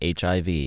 HIV